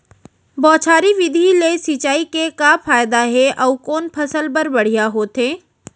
बौछारी विधि ले सिंचाई के का फायदा हे अऊ कोन फसल बर बढ़िया होथे?